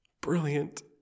Brilliant